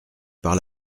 par